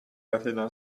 retina